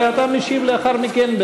ומשיב לאחר מכן,